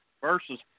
versus